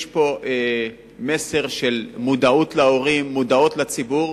יש פה מסר של מודעות להורים, לציבור,